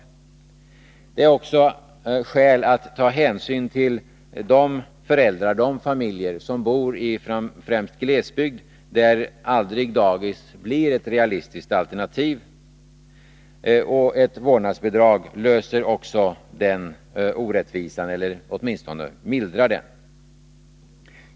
Det finns också skäl att ta hänsyn till de familjer som bor i glesbygd, där daghem aldrig blir ett realistiskt alternativ. Ett vårdnadsbidrag löser också den orättvisan, eller mildrar den åtminstone.